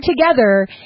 together